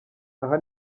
aha